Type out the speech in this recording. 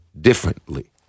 differently